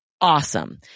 Awesome